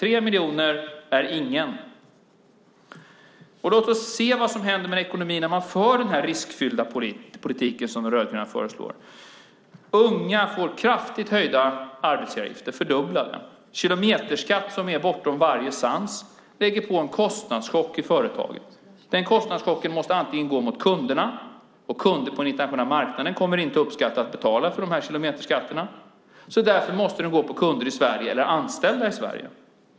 Tre miljoner är ingen. Låt oss se vad som händer med ekonomin när man för den riskfyllda politik som de rödgröna föreslår. Det blir kraftigt höjda arbetsgivaravgifter för unga - de fördubblas. Det blir en kilometerskatt som är bortom all sans och lägger en kostnadschock på företagen. Den kostnadschocken måste gå mot kunderna, och kunder på den internationella marknaden kommer inte att uppskatta att betala för kilometerskatten. Därför måste den gå mot kunder eller anställda i Sverige.